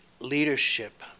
leadership